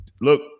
look